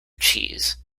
cheese